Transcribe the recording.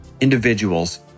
individuals